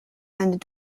and